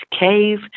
cave